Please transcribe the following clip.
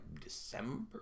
December